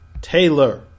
Taylor